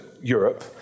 Europe